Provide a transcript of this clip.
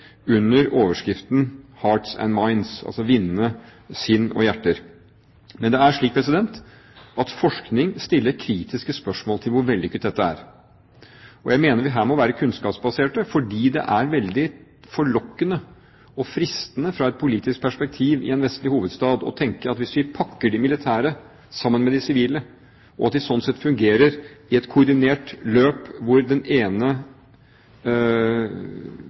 under overskriften «Hearts and Minds» – altså vinne sinn og hjerter. Men forskning stiller kritiske spørsmål med hensyn til hvor vellykket dette er. Jeg mener vi her må være kunnskapsbaserte, fordi det er veldig forlokkende og fristende fra et politisk perspektiv i en vestlig hovedstad å tenke at hvis vi pakker de militære sammen med de sivile, og at de sånn sett fungerer i et koordinert løp hvor den ene